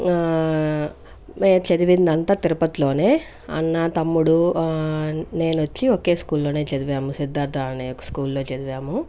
నేను చదివింది అంతా తిరుపతిలోనే అన్న తమ్ముడు నేనొచ్చి ఒకే స్కూల్ లోనే చదివాము సిద్ధార్థ అనే స్కూల్ లో చదివాము